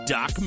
Doc